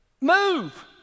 Move